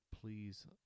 please